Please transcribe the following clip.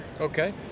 Okay